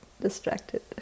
distracted